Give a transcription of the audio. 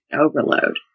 overload